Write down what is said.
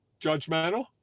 Judgmental